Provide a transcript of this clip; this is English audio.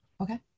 Okay